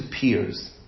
peers